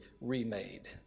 remade